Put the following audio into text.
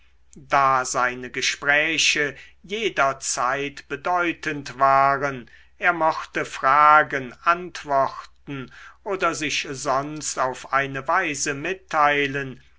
da seine gespräche jederzeit bedeutend waren er mochte fragen antworten oder sich sonst auf eine weise mitteilen